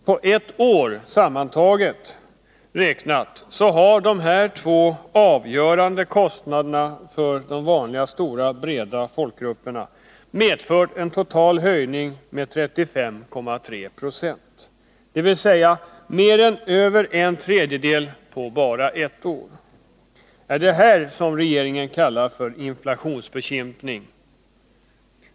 På bara ett år har dessa två för de stora breda folkgrupperna avgörande kostnader höjts med 35,3 96, dvs. med över en tredjedel. Är det detta som regeringen kallar för ”inflationsbekämpning”?